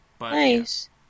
nice